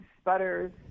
sputters